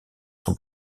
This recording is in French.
son